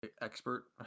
expert